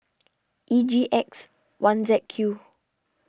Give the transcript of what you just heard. E G X one Z Q